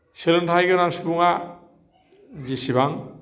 सोलोंथाइ गोनां सुबुङा जेसेबां